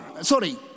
sorry